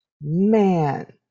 man